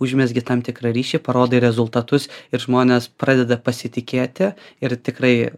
užmezgi tam tikrą ryšį parodai rezultatus ir žmonės pradeda pasitikėti ir tikrai